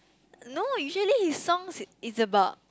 no usually his songs is about